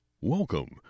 Welcome